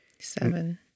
Seven